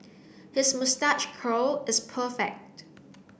his moustache curl is perfect